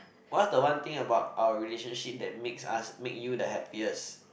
what's the one thing about our relationship that make us make you the happiest